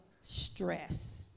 stress